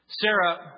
Sarah